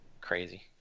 Crazy